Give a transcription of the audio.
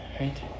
right